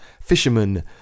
Fisherman